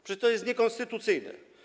Przecież to jest niekonstytucyjne.